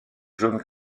jaune